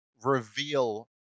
reveal